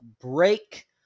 break